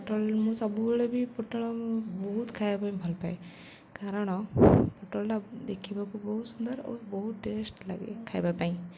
ପୋଟଳ ମୁଁ ସବୁବେଳେ ବି ପୋଟଳ ବହୁତ ଖାଇବା ପାଇଁ ଭଲପାଏ କାରଣ ପୋଟଳଟା ଦେଖିବାକୁ ବହୁତ ସୁନ୍ଦର ଓ ବହୁତ ଟେଷ୍ଟ୍ ଲାଗେ ଖାଇବା ପାଇଁ